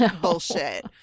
bullshit